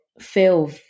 feel